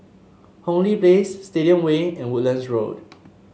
Hong Lee Place Stadium Way and Woodlands Road